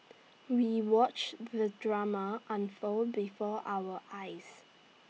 we watched the drama unfold before our eyes